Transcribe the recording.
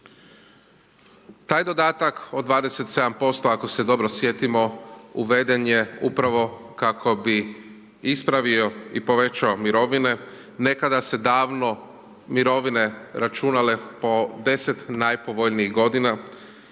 Taj dodatak od 27%, ako se dobro sjetimo uveden je upravo kako bi ispravio i povećao mirovine. Nekada su se davno mirovine računale po 10 najpovoljnijih godina.